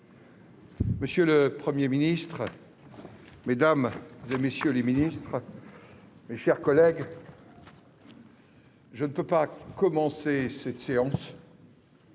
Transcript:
Monsieur le Premier ministre, mesdames, messieurs les ministres, mes chers collègues, je ne peux commencer cette séance